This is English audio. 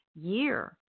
year